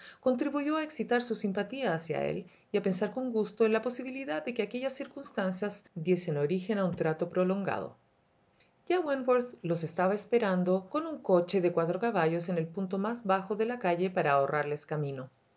contribuyó a excitar su simpatía hacia él y a pensar con gusto en la posibilidad de que aquellas circunstancias diesen origen a un trato prolongado ya wentworth los estaba esperando con un copbrsuasion il che de cuatro caballos en el punto más bajo de la calle para ahorrarles camino la sorpresa y